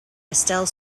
estelle